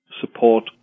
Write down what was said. support